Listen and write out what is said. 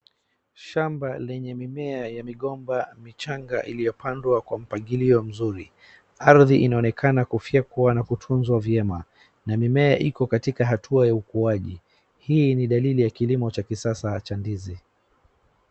Shamba lenya mimea ya migomba michanga ilipandwa kwa mpangilio mzuri. Ardhi inaonekana kufyekwa na kutunzwa vyema. Na mimea iko katika hatua ya ukuaji. Hii ni dalili ya kilimo cha kisasa cha ndizi.